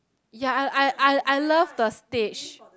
ya I I I I love the stage